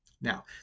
Now